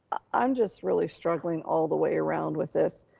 i'm just really struggling all the way around with this,